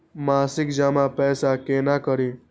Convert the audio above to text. मासिक जमा पैसा केना करी?